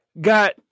got